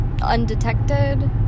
undetected